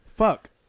Fuck